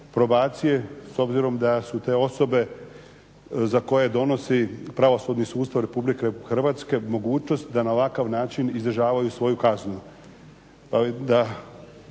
probacije s obzirom da su te osobe za koje donosi pravosudni sustav Republike Hrvatske mogućnost da na ovakav način izdržavaju svoju kaznu.